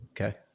Okay